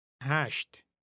hashed